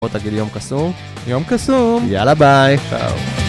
בוא תגיד לי יום קסום, יום קסום. יאללה ביי